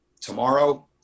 Tomorrow